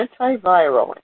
antiviral